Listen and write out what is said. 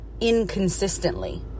inconsistently